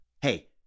Hey